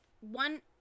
One